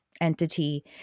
entity